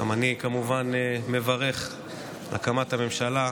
גם אני כמובן מברך על הקמת הממשלה,